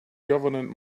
government